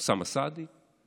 אוסאמה סעדי,